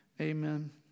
Amen